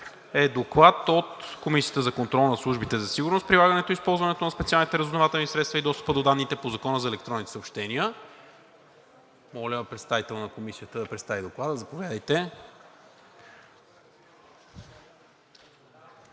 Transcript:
е Доклад от Комисията за контрол над службите за сигурност, прилагането и използването на специалните разузнавателни средства и достъпа до данните по Закона за електронните съобщения. Заповядайте, господин Митов, да представите Доклада.